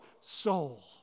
soul